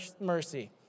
mercy